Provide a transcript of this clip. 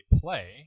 play